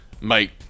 mate